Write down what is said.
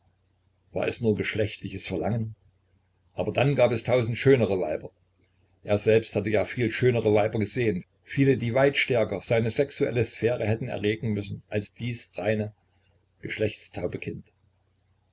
war es nur geschlechtliches verlangen aber dann gab es tausend schönere weiber er selbst hatte ja viel schönere weiber gesehen viele die weit stärker seine sexuelle sphäre hätten erregen müssen als dies reine geschlechtstaube kind